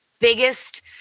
biggest